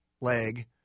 leg